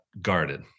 guarded